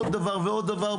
עוד דבר ועוד דבר,